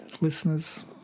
listeners